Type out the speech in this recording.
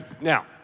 Now